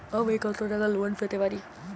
আমি কত টাকা লোন পেতে পারি?